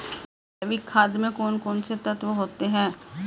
जैविक खाद में कौन कौन से तत्व होते हैं?